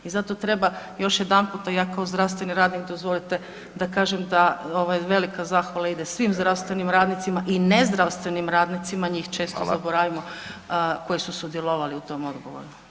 I zato treba još jedanputa i ja kao zdravstveni radnik, dozvolite da kažem da ova velika zahvala ide svim zdravstvenim radnicima i nezdravstvenim radnicima, njih često zaboravimo, koji su sudjelovali u tom odgovoru.